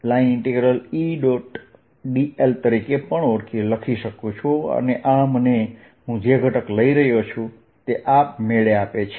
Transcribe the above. dl તરીકે પણ લખી શકું છું અને આ મને હું જે ઘટક લઈ રહ્યો છું તે આપમેળે આપે છે